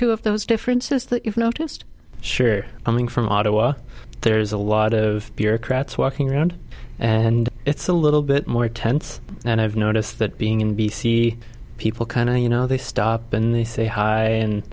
two of those differences that you've noticed share coming from ottawa there's a lot of bureaucrats walking around and it's a little bit more tense and i've noticed that being in b c people kind of you know they stop and they say hi and